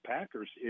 Packers